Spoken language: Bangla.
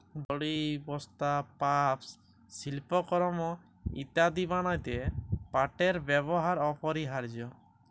দড়ি, বস্তা, পাপস, সিল্পকরমঅ ইত্যাদি বনাত্যে পাটের ব্যেবহার অপরিহারয অ